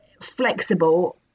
flexible